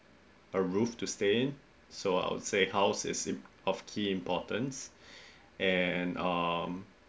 a roof to stay so I would say house is im~ of key importance and um